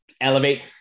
elevate